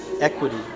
equity